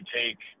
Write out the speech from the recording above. take